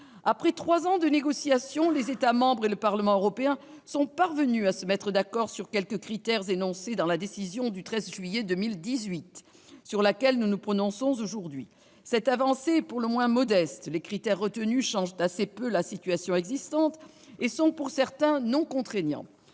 après trois ans de négociations, les États membres et le Parlement européen sont parvenus à se mettre d'accord sur quelques critères énoncés dans la décision du 13 juillet 2018, sur laquelle nous nous prononçons aujourd'hui. Cette avancée est pour le moins modeste : les critères retenus changent assez peu la situation existante et sont, pour certains, non contraignants.